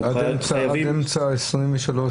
זאת אומרת עד אמצע 23'?